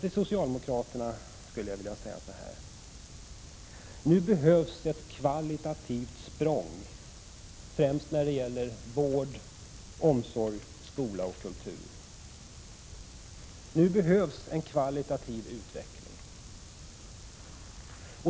Till socialdemokraterna vill jag säga så här: Nu behövs ett kvalitativt språng på områdena vård, omsorg, skola och kultur. Det behövs en kvalitativ utveckling.